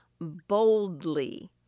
boldly